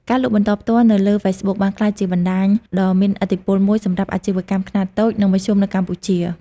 ការលក់បន្តផ្ទាល់នៅលើ Facebook បានក្លាយជាបណ្តាញដ៏មានឥទ្ធិពលមួយសម្រាប់អាជីវកម្មខ្នាតតូច និងមធ្យមនៅកម្ពុជា។